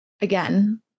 again